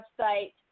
website